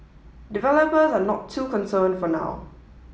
developers are not too concerned for now